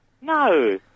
No